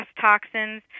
toxins